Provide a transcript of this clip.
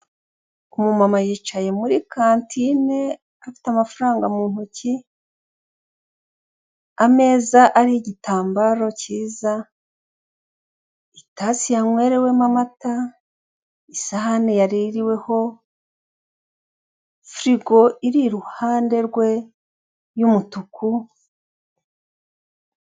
Umumama yicaye muri kantine afite amafaranga mu ntoki, ameza ariho igitambaro kiza, itasi yanywerewemo amata, isahani yaririweho, firigo iri iruhande rwe y'umutuku.